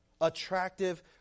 attractive